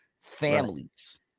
Families